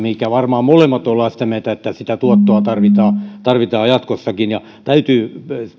ja varmaan molemmat olemme sitä mieltä että sitä tuottoa tarvitaan tarvitaan jatkossakin täytyy